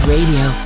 Radio